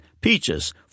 Peaches